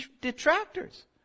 detractors